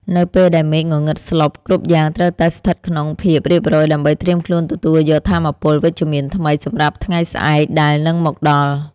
នៅពេលដែលមេឃងងឹតស្លុបគ្រប់យ៉ាងត្រូវតែស្ថិតក្នុងភាពរៀបរយដើម្បីត្រៀមខ្លួនទទួលយកថាមពលវិជ្ជមានថ្មីសម្រាប់ថ្ងៃស្អែកដែលនឹងមកដល់។